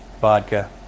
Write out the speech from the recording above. Vodka